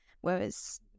whereas